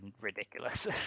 ridiculous